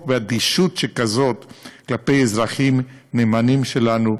באדישות שכזו כלפי אזרחים נאמנים שלנו,